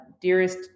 dearest